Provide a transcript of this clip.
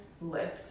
lift